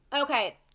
Okay